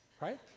right